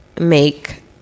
make